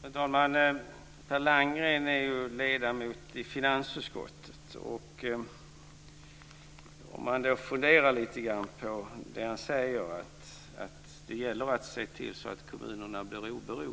Fru talman! Per Landgren är ju ledamot i finansutskottet. Han säger att det gäller att se till så att kommunerna får